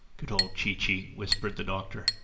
good old chee-chee! whispered the doctor.